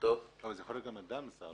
אבל זה יכול להיות גם אדם זר.